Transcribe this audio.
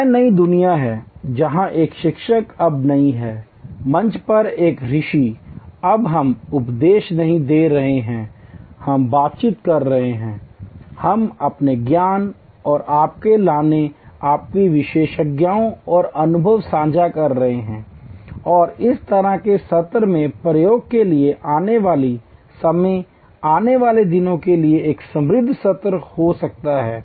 यह नई दुनिया है जहां एक शिक्षक अब नहीं है मंच पर एक ऋषि हम अब उपदेश नहीं दे रहे हैं हम बातचीत कर रहे हैं हम अपने ज्ञान और आपके लाने आपकी विशेषज्ञता और अनुभव साझा कर रहे हैं और इस तरह के सत्र में प्रत्येक के लिए आने वाला समय आने वाले दिनों के लिए एक समृद्ध सत्र हो सकता है